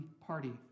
party